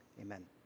amen